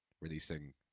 releasing